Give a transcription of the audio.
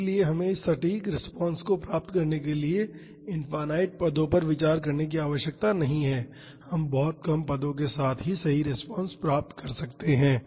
इसलिए हमें इस सटीक रिस्पांस को प्राप्त करने के लिए इनफाईनाईट पदों पर विचार करने की आवश्यकता नहीं है हम बहुत कम पदों के साथ ही सही रिस्पांस प्राप्त कर सकते हैं